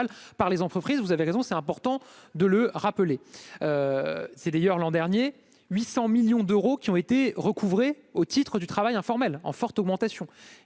par les entreprises, vous avez raison, c'est important de le rappeler, c'est d'ailleurs l'an dernier 800 millions d'euros qui ont été recouvrés au titre du travail informel en forte augmentation,